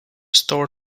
store